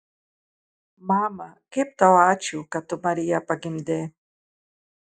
mama kaip tau ačiū kad tu mariją pagimdei